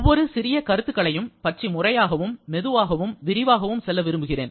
ஒவ்வொரு சிறிய கருத்துக்களையும் பற்றிமுறையாகவும் மெதுவாகவும் விரிவாகவும் செல்ல விரும்புகிறேன்